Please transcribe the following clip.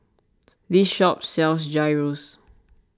this shop sells Gyros